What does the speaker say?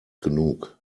genug